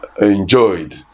enjoyed